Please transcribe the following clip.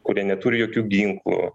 kurie neturi jokių ginklų